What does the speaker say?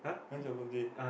when is your birthday